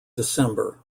december